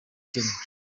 kenya